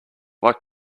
what